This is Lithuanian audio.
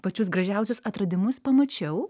pačius gražiausius atradimus pamačiau